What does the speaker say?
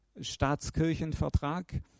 Staatskirchenvertrag